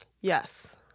Yes